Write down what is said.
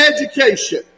education